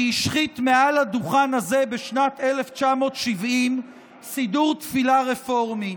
שהשחית מעל הדוכן הזה בשנת 1970 סידור תפילה רפורמי,